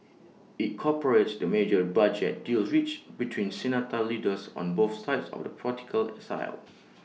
IT cooperates the major budget deal reached between Senate leaders on both sides of the political aisle